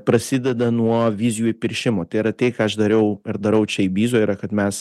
prasideda nuo vizijų įpiršimo tai yra tai ką aš dariau ir darau čia ibizoj yra kad mes